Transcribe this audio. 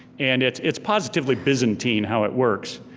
and it's it's positively byzantine how it works.